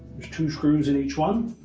there's two screws in each one.